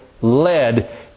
led